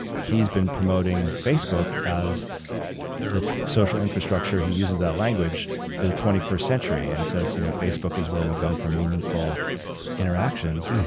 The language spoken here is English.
he's been promoting facebook as the social infrastructure he uses that language for the twenty first century and says you know facebook is where we'll go for meaningful interactions.